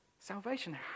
Salvation